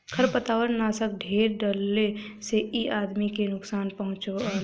खरपतवारनाशक ढेर डलले से इ आदमी के नुकसान पहुँचावला